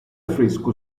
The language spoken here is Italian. fresco